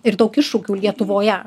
ir daug iššūkių lietuvoje